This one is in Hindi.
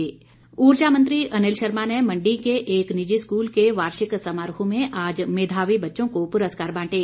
अनिल शर्मा ऊर्जा मंत्री अनिल शर्मा ने मंडी के एक निजी स्कूल के वार्षिक समारोह में आज मेधावी बच्चों को पुरस्कार बांटे